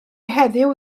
heddiw